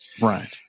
Right